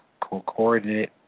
coordinate